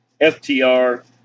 FTR